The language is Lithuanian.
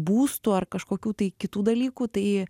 būstų ar kažkokių tai kitų dalykų tai